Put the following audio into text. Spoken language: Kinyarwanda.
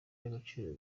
y’agaciro